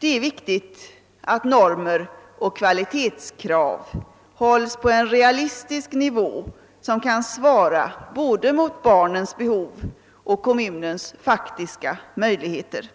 Det är viktigt att normer och kvalitetskrav hålles på en realistisk nivå som kan svara både mot barnens behov och kommunens faktiska möjligheter.